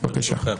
ברשותך,